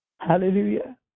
Hallelujah